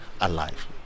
alive